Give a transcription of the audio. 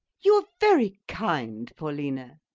you are very kind, paulina.